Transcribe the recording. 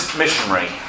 missionary